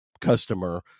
customer